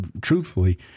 truthfully